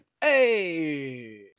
Hey